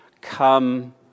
come